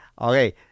Okay